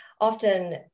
Often